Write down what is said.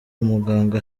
umuganga